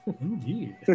Indeed